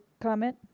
comment